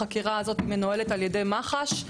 החקירה הזאת מנוהלת על-ידי מח"ש.